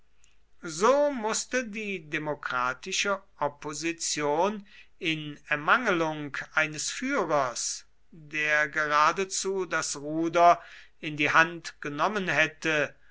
so mußte die demokratische opposition in ermangelung eines führers der geradezu das ruder in die hand genommen hätte